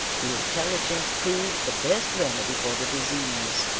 the intelligence proved the best remedy for the disease.